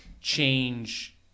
change